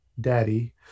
daddy